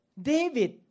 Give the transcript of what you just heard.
David